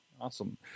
Awesome